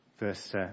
Verse